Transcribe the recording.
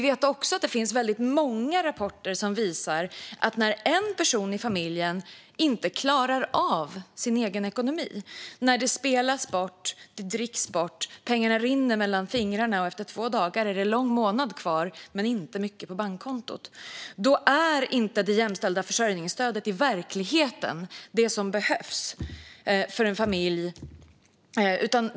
Men många rapporter visar att när en person i familjen inte klarar av sin egen ekonomi är det jämställda försörjningsstödet inte det som behövs för en familj i verkligheten. Det spelas bort eller dricks bort. Pengarna rinner mellan fingrarna, och efter två dagar är det en lång månad kvar men inte mycket på bankkontot.